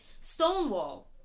Stonewall